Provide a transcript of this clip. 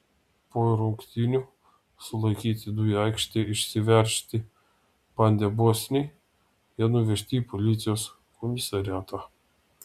po rungtynių sulaikyti du į aikštę išsiveržti bandę bosniai jie nuvežti į policijos komisariatą